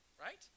right